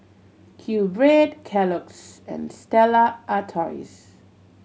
QBread Kellogg's and Stella Artois